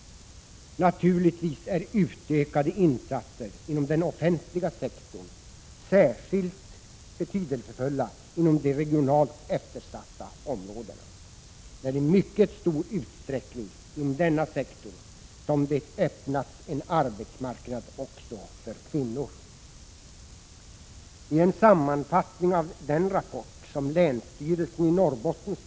Naturligtvis är utökade insatser inom den offentliga sektorn särskilt betydelsefulla inom de regionalt eftersatta områdena. Det är i mycket stor utsträckning inom denna sektor som det har öppnats en arbetsmarknad också för kvinnor.